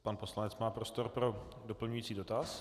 Pan poslanec má prostor pro doplňující dotaz.